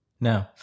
No